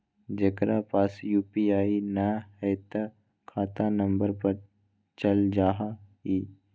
जेकरा पास यू.पी.आई न है त खाता नं पर चल जाह ई?